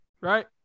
right